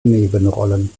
nebenrollen